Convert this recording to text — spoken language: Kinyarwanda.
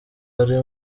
ari